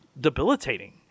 debilitating